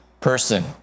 person